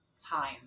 time